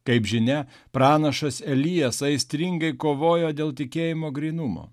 kaip žinia pranašas elijas aistringai kovojo dėl tikėjimo grynumo